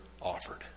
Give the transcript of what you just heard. offered